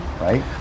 right